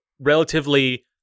relatively